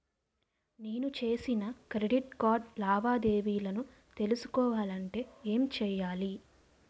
నేను చేసిన credit card లావాదేవీలను తెలుసుకోవాలంటే ఏం చేయాలి?